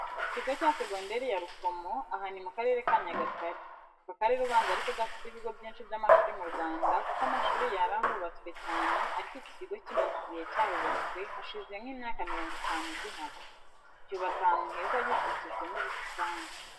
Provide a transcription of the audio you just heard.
Ikigo cya segonderi yarukomo aha nimukarere kanyagatare. aka karere ubanza ariko gafite ibigo byinshi byamashuri murwanda kuko amashuri yarahubatswe cyane ariko iki cyo kimaze igihe cyarubatswe hasjlhize nkimyaka mirongo itanu gihari. cyubatse ahantu heza gikikijwe n,ubusitani.